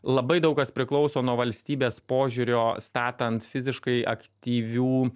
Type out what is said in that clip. labai daug kas priklauso nuo valstybės požiūrio statant fiziškai aktyvių